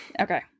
Okay